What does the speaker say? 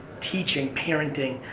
teaching, parenting.